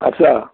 आसा